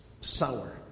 Sour